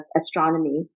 astronomy